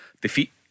defeat